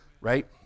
right